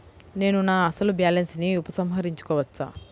నేను నా అసలు బాలన్స్ ని ఉపసంహరించుకోవచ్చా?